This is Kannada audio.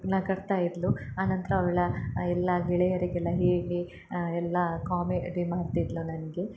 ನಗಡ್ತಾ ಇದ್ಲು ಆನಂತರ ಅವಳ ಎಲ್ಲಾ ಗೆಳೆಯರಿಗೆಲ್ಲ ಹೇಳಿ ಎಲ್ಲಾ ಕಾಮಿಡಿ ಮಾಡ್ತಿದ್ಲು ನನಗೆ